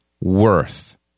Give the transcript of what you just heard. worth